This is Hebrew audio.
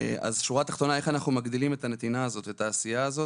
בשורה התחתונה: איך אנחנו מגדילים את הנתינה הזאת ואת העשייה הזאת?